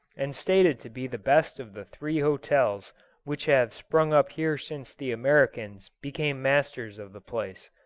and stated to be the best of the three hotels which have sprung up here since the americans became masters of the place.